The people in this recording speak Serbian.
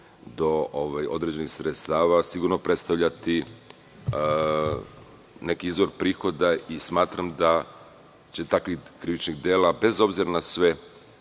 do određenih sredstava predstavljati neki izvor prihoda. Smatram da će takvih krivičnih dela, bez obzira na sve,